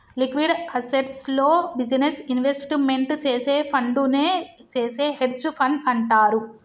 liquid అసెట్స్లో business investment చేసే ఫండునే చేసే హెడ్జ్ ఫండ్ అంటారు